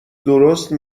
درست